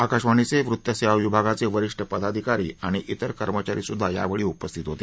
आकाशवाणीचे वृत्तसेवा विभागाचे वरीष्ठ पदाधिकारी आणि तिर कर्मचारीसुद्धा यावेळी उपस्थित होते